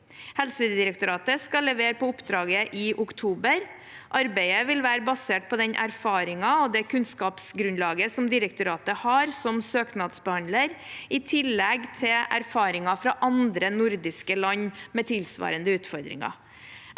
Helsedirektoratet skal levere på oppdraget i oktober. Arbeidet vil være basert på den erfaringen og det kunnskapsgrunnlaget som direktoratet har som søknadsbehandler, i tillegg til erfaringer fra andre nordiske land med tilsvarende utfordringer.